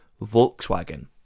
Volkswagen